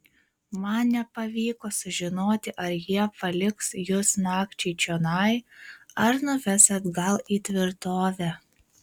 man nepavyko sužinoti ar jie paliks jus nakčiai čionai ar nuves atgal į tvirtovę